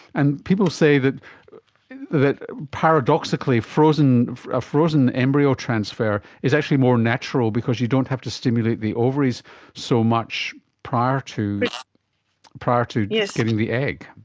and people say that that paradoxically a ah frozen embryo transfer is actually more natural because you don't have to stimulate the ovaries so much prior to prior to yeah getting the egg.